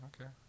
Okay